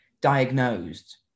Diagnosed